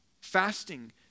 Fasting